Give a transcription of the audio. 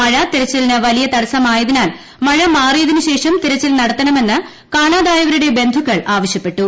മഴ തെരച്ചിലിന് തടസ്സമായതിനാൽ വലിയ മഴ മാറിയതിനു ശേഷം തെരച്ചിൽ നടത്തണമെന്ന് കാണാതായവരുടെ ബന്ധുക്കൾ ആവശ്യപ്പെട്ടു